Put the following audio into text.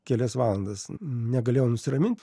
kelias valandas negalėjau nusiramint